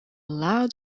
loud